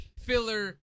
filler